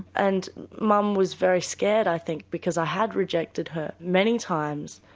and mum was very scared, i think, because i had rejected her many times.